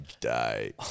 day